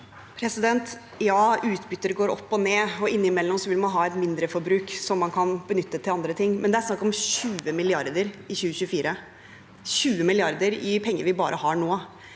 Ja, utbytter går opp og ned, og innimellom vil man ha et mindreforbruk som man kan benytte til andre ting, men det er snakk om 20 mrd. kr i 2024 – 20 mrd. kr i penger som vi bare har nå.